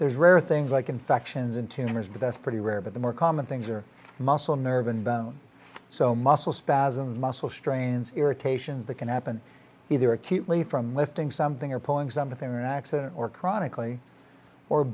there's rare things like infections in tumors but that's pretty rare but the more common things are muscle nerve and bone so muscle spasms muscle strains irritations that can happen either acutely from lifting something or pulling something or an accident or chronically or